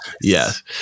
yes